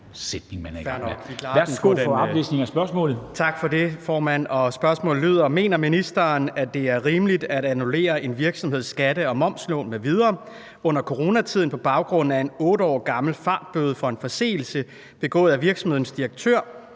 Tak for det, formand. Spørgsmålet lyder: Mener ministeren, at det er rimeligt at annullere en virksomheds skatte- og momslån m.v. under coronatiden på baggrund af en 8 år gammel fartbøde for en forseelse begået af virksomhedens direktør,